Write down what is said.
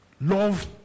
love